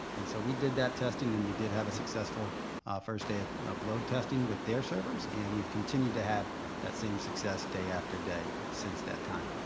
and so we did that testing and we did have a successful first day of upload testing with their servers and we've continued to have that same success day after day since that time.